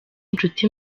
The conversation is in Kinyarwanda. inshuti